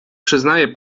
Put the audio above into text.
przyznaje